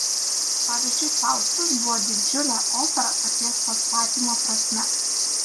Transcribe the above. pavyzdžiui faustas buvo didžiulė opera paties pastatymo prasme